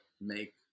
make